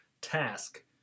task